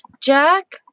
Jack